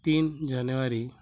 तीन जानेवारी